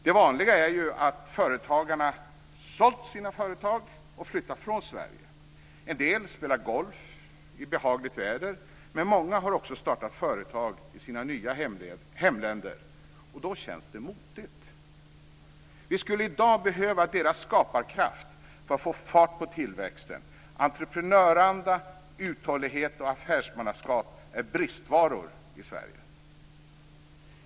Det vanliga är ju att företagarna har sålt sina företag och flyttat från Sverige. En del spelar golf i behagligt väder. Men många har också startat företag i sina nya hemländer. Och då känns det motigt. Vi skulle i dag behöva deras skaparkraft för att få fart på tillväxten. Entreprenörsanda, uthållighet och affärsmannaskap är bristvaror i Sverige.